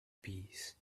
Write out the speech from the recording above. peace